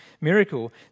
miracle